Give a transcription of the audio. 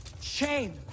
shame